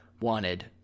wanted